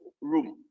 room